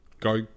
go